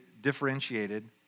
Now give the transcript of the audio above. differentiated